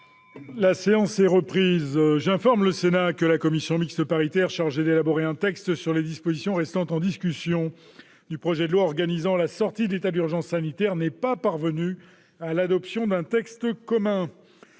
La séance est reprise. J'informe le Sénat que la commission mixte paritaire chargée d'élaborer un texte sur les dispositions restant en discussion du projet de loi organisant la sortie de l'état d'urgence sanitaire n'est pas parvenue à l'adoption d'un texte commun.